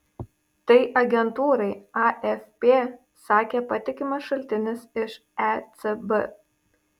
tai agentūrai afp sakė patikimas šaltinis iš ecb